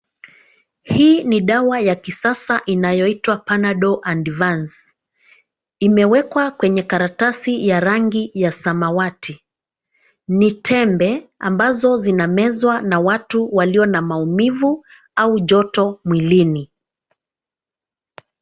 Hii ni dawa ya kisasa inayoitwa Panadol advance, imewekwa kwenye karatasi ya rangi ya samawati. Ni tembe ambazo zinamezwa na watu walio na maumivu au joto mwilini.